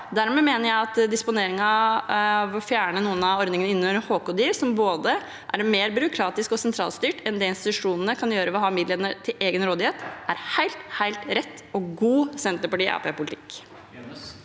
Dermed mener jeg at disponeringen, å fjerne noen av ordningene under HK-dir som både er mer byråkratisk og sentralstyrt enn det institusjonene kan gjøre ved å ha midlene til egen rådighet, er helt rett og god Senterparti– Arbeiderparti-politikk.